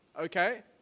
Okay